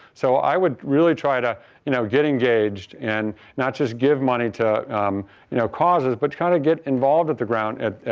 so i would really try to you know get engaged and not just give money to you know causes but to kind of get involved at the ground at